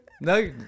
No